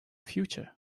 future